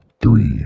Three